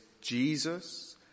Jesus